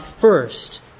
first